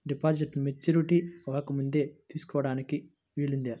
డిపాజిట్ను మెచ్యూరిటీ అవ్వకముందే తీసుకోటానికి వీలుందా?